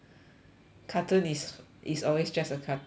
cartoon is is always just a cartoon ya